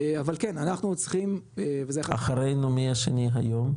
אבל כן אנחנו צריכים -- אחרינו מי השני היום?